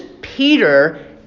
Peter